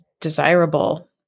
desirable